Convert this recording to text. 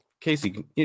Casey